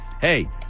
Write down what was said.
Hey